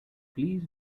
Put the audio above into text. please